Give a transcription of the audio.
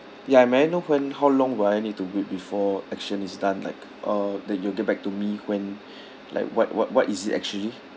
ya may I know when how long will I need to wait before action is done like uh that you'll get back to me when like what what what is it actually